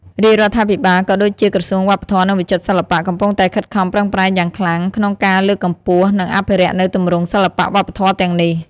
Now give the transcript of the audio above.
រាជរដ្ឋាភិបាល ក៏ដូចជាក្រសួងវប្បធម៌ និងវិចិត្រសិល្បៈ កំពុងតែខិតខំប្រឹងប្រែងយ៉ាងខ្លាំងក្នុងការលើកកម្ពស់ និងអភិរក្សនូវទម្រង់សិល្បៈវប្បធម៌ទាំងនេះ។